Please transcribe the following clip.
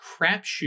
crapshoot